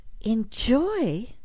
enjoy